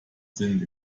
sind